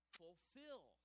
fulfill